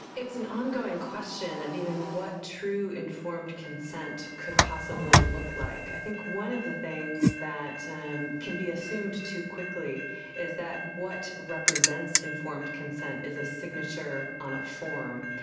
it's an ongoing question of even what true informed consent could possibly look like. i think one of the things that um can be assumed too quickly is that what represents informed consent is a signature on a form.